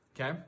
Okay